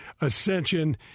Ascension